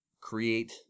create